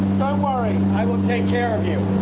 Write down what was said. um worry i will take care of you.